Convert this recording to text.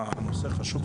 את הנושא החשוב,